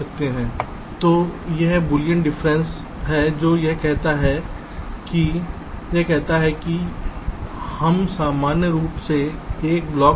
तो यह बूलियन अंतर है जो यह कहता है कि यह है यह कहता है कि हम सामान्य रूप से एक ब्लॉक fi लें